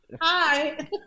Hi